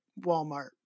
Walmart